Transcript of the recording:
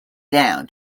down